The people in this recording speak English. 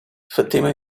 fatima